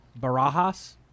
Barajas